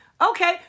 Okay